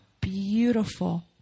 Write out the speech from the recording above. beautiful